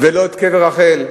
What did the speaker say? ולא את קבר רחל.